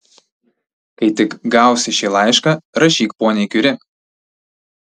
kai tik gausi šį laišką rašyk poniai kiuri